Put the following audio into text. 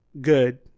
good